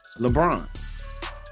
LeBron